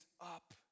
up